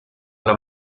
alla